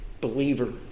believer